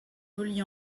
relié